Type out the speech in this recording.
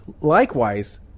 Likewise